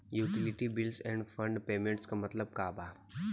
Utility bills and payments क मतलब का बा?